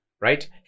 right